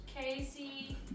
Casey